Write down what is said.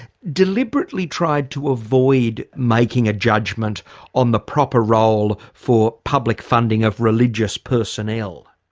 deliberately tried to avoid making a judgment on the proper role for public funding of religious personnel?